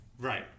Right